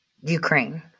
Ukraine